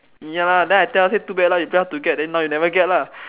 ya lah then I tell her say too bad lah you play hard to get then now you never get lah